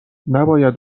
نباید